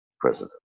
president